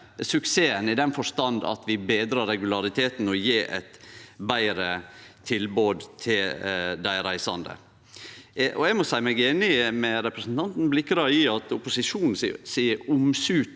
i den forstand at vi betrar regulariteten og gjev eit betre tilbod til dei reisande. Eg må seie meg einig med representanten Blikra i at opposisjonen si omsut